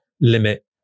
limit